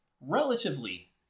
relatively